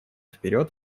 вперед